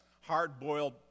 hard-boiled